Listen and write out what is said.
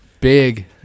Big